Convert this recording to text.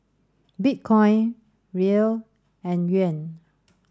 Bitcoin Riel and Yuan